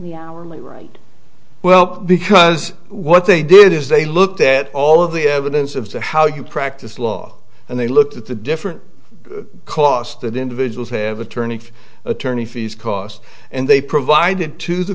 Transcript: the hourly rate well because what they did is they looked at all of the evidence of the how you practice law and they looked at the different costs that individuals have attorney attorney fees cost and they provided to the